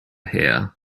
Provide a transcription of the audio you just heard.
here